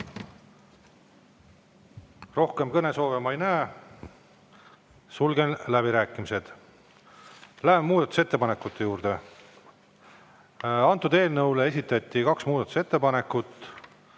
Rohkem kõnesoove ma ei näe. Sulgen läbirääkimised. Läheme muudatusettepanekute juurde. Eelnõu kohta esitati kaks muudatusettepanekut.